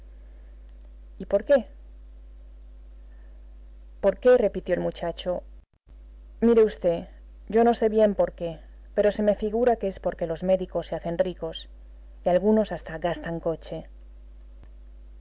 y por qué por qué repitió el muchacho mire v yo no sé bien porqué pero se me figura que es porque los médicos se hacen ricos y algunos hasta gastan coche